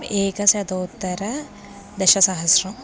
एकशतोत्तर दशसहस्रम्